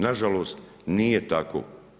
Nažalost nije tako.